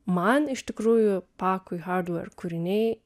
man iš tikrųjų pakui hardver kūriniai